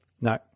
No